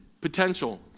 potential